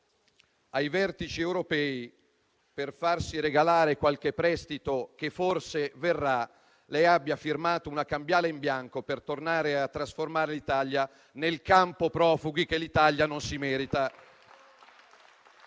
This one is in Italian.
ai vertici europei, per farsi regalare qualche prestito, che forse verrà, lei abbia firmato una cambiale in bianco, per tornare a trasformare l'Italia nel campo profughi che l'Italia non si merita.